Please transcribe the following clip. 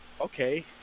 okay